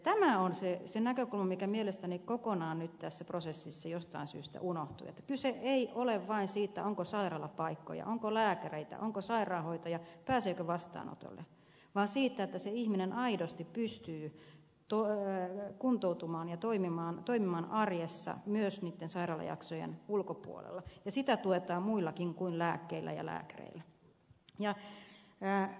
tämä on se näkökulma mikä mielestäni kokonaan nyt tässä prosessissa jostain syystä unohtui että kyse ei ole vain siitä onko sairaalapaikkoja onko lääkäreitä onko sairaanhoitajia pääseekö vastaanotolle vaan siitä että se ihminen aidosti pystyy kuntoutumaan ja toimimaan arjessa myös niitten sairaalajaksojen ulkopuolella ja sitä tuetaan muillakin kuin lääkkeillä ja lääkäreillä